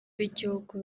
b’igihugu